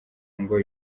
ngo